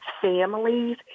families